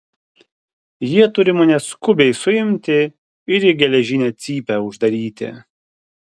jie turi mane skubiai suimti ir į geležinę cypę uždaryti